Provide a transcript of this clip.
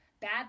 bad